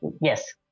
Yes